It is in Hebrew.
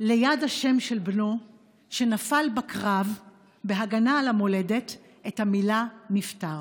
ליד השם של בנו שנפל בקרב בהגנה על המולדת את המילה "נפטר":